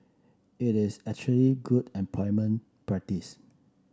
it is actually good employment practice